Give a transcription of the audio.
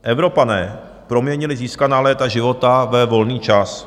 Evropané proměnili získaná léta života ve volný čas.